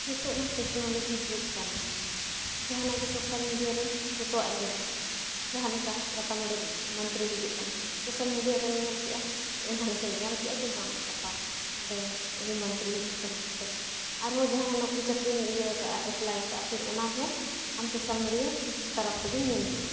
ᱱᱤᱛᱳᱜᱼᱢᱟ technology ᱡᱩᱜᱽ ᱠᱟᱱᱟ ᱡᱟᱦᱟᱱᱟᱜ ᱜᱮ ᱥᱳᱥᱟᱞ ᱢᱤᱰᱤᱭᱟ ᱨᱮ ᱡᱚᱛᱚᱣᱟᱜᱮᱢ ᱧᱮᱞᱧᱟᱢᱟ ᱡᱟᱦᱟᱸ ᱞᱮᱠᱟ ᱜᱟᱯᱟ ᱱᱚᱸᱰᱮ ᱢᱟᱱᱛᱨᱤ ᱦᱤᱡᱩᱜ ᱠᱟᱱᱟ ᱥᱳᱥᱟᱞ ᱢᱤᱰᱤᱭᱟ ᱨᱮᱢ ᱧᱮᱞ ᱠᱮᱜᱼᱟᱢ ᱧᱮᱞ ᱧᱟᱢ ᱠᱮᱜᱼᱟ ᱡᱮ ᱵᱟᱝ ᱜᱟᱯᱟ ᱱᱚᱸᱰᱮ ᱩᱱᱤ ᱢᱟᱱᱛᱨᱤ ᱦᱤᱡᱩᱜ ᱠᱟᱱᱟ ᱢᱮᱱᱛᱮ ᱟᱨᱦᱚᱸ ᱡᱟᱦᱟᱱᱟᱜ ᱱᱚᱠᱨᱤ ᱪᱟᱠᱨᱤᱢ ᱤᱭᱟᱹ ᱟᱠᱟᱫᱼᱟ ᱮᱯᱞᱟᱭ ᱟᱠᱟᱫᱼᱟ ᱯᱷᱤᱨ ᱚᱱᱟᱦᱚᱸ ᱟᱢ ᱥᱳᱥᱟᱞ ᱢᱤᱰᱤᱭᱟ ᱛᱟᱨᱟᱯ ᱛᱮᱜᱮᱢ ᱧᱮᱞ ᱧᱟᱢᱟ